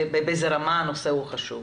הנושא ובאיזה רמה הנושא חשוב.